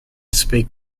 speak